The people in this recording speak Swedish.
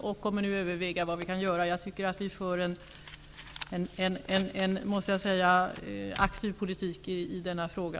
Vi kommer nu att överväga vad vi kan göra. Jag tycker att vi för en aktiv politik i denna fråga.